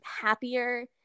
happier